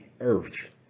earth